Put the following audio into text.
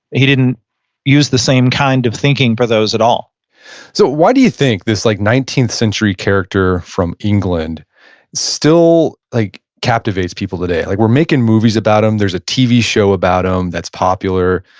he didn't use the same kind of thinking for those at all so why do you think this like nineteenth century character from england still like captivates people today? like we're making movies about them, there's a tv show about them um that's popular.